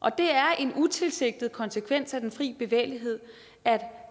og det er en utilsigtet konsekvens af den fri bevægelighed,